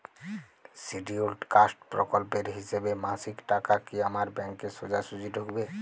Scheduled caste প্রকল্পের হিসেবে মাসিক টাকা কি আমার ব্যাংকে সোজাসুজি ঢুকবে?